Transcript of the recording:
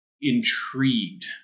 intrigued